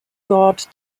god